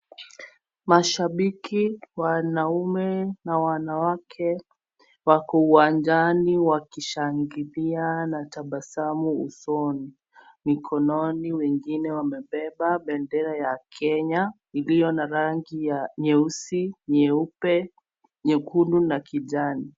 Mashabiki wanaume na wanawake wako uwanjani wakishangilia na tabasamu usoni, mkononi wengine wamebeba bendera ya Kenya iliyo na rangi ya nyeusi, nyeupe, nyekundu na kijani.